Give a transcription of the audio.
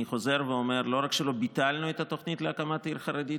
אני חוזר ואומר: לא רק שלא ביטלנו את התוכנית להקמת עיר חרדית,